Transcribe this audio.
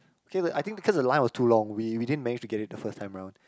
okay leh I think because the line was too long we we didn't manage to get it the first time round